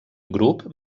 grup